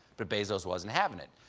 but bezos wasn't having it.